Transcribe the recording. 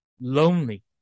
lonely